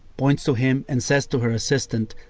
points to him and says to her assistant,